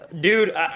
Dude